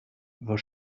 vos